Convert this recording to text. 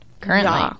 currently